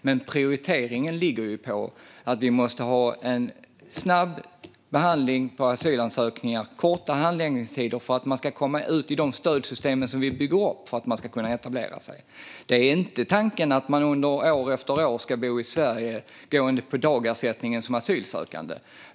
Men prioriteringen ligger på att vi måste ha en snabb behandling av asylansökningar med korta handläggningstider för att man ska komma ut i stödsystem som vi bygger upp för att man ska kunna etablera sig. Tanken är inte att man år efter år ska bo i Sverige och gå på dagersättning som asylsökande.